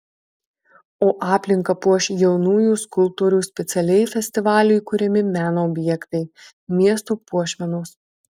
o aplinką puoš jaunųjų skulptorių specialiai festivaliui kuriami meno objektai miesto puošmenos